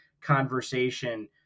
conversation